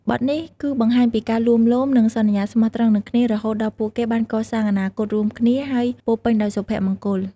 បទនេះគឺបង្ហាញពីការលួងលោម និងសន្យាស្មោះត្រង់នឹងគ្នា រហូតដល់ពួកគេបានកសាងអនាគតរួមគ្នា ហើយពោរពេញដោយសុភមង្គល។